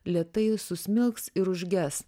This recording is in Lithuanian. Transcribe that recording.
lėtai susmilks ir užges